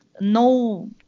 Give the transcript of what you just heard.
no